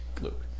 Luke